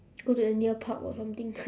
go to a near park or something